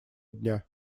дня